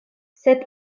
sed